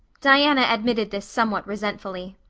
diana admitted this somewhat resentfully.